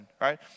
right